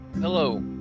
Hello